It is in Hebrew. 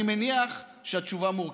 אני מניח שהתשובה מורכבת,